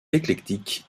éclectique